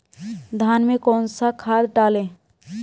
धान में कौन सा खाद डालें?